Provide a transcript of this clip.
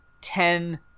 ten